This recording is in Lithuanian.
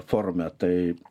forume tai